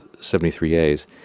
73As